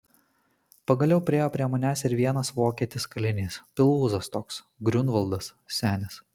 pagaliau priėjo prie manęs ir vienas vokietis kalinys pilvūzas toks griunvaldas senis